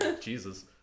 Jesus